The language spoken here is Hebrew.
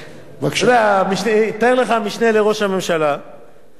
המשנה לראש הממשלה היה רוצה לבוא והוא לא נבחר לכנסת.